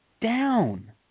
down